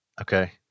okay